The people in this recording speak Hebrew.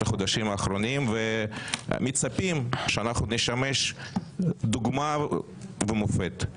החודשים האחרונים ומצפים שאנחנו נשמש דוגמה ומופת.